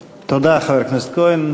תודה, חבר הכנסת כהן.